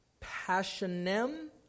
passionem